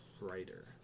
writer